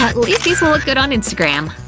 ah least these will look good on instagram!